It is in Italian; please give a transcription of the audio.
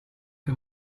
che